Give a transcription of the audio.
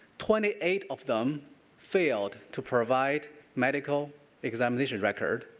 twenty eight of them failed to provide medical examination records,